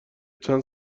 چند